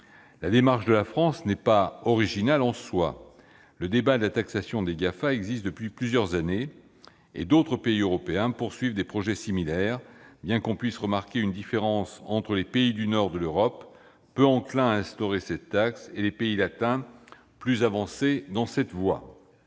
La démarche de la France n'est pas originale en soi. Le débat sur la taxation des Gafa existe depuis plusieurs années, et d'autres pays européens poursuivent des projets similaires, bien qu'une différence se remarque entre les pays du nord de l'Europe, peu enclins à instaurer cette taxe, et les pays latins, plus avancés dans cette voie.